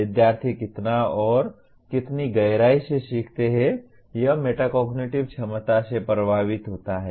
विद्यार्थी कितना और कितनी गहराई से सीखते हैं यह मेटाकोग्निटिव क्षमता से प्रभावित होता है